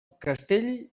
castell